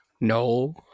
No